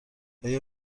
آیا